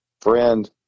friend